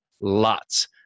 lots